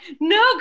No